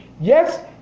Yes